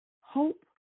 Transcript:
hope